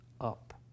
up